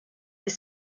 des